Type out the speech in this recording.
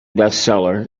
bestseller